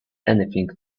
anything